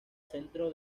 centro